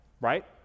right